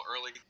early